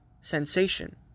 sensation